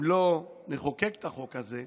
אם אנחנו לא נחוקק את החוק הזה,